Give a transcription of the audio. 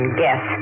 guess